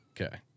Okay